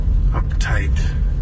uptight